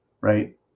right